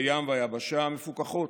הים והיבשה מפוקחות.